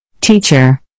Teacher